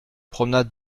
promenade